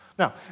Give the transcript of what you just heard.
Now